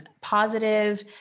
positive